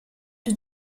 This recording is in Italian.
più